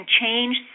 change